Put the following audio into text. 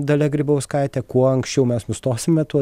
dalia grybauskaite kuo anksčiau mes nustosime tuo